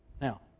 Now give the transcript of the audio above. Now